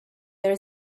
there